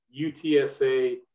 UTSA